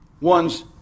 one's